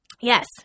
Yes